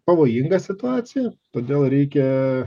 pavojinga situacija todėl reikia